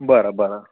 बरं बरं